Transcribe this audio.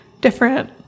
different